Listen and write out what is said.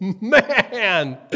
man